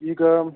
ಈಗ